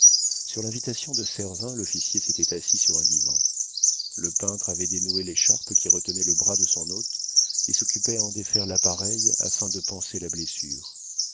sur l'invitation de servin l'officier s'était assis sur un divan le peintre avait dénoué l'écharpe qui retenait le bras de son hôte et s'occupait à en défaire l'appareil afin de panser la blessure